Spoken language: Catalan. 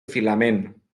filament